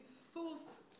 fourth